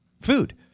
Food